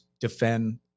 defend